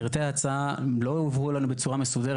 פרטי ההצעה לא הובאו לנו בצורה מסודרת